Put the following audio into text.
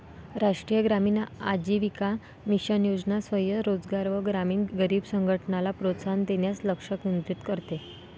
राष्ट्रीय ग्रामीण आजीविका मिशन योजना स्वयं रोजगार व ग्रामीण गरीब संघटनला प्रोत्साहन देण्यास लक्ष केंद्रित करते